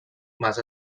mas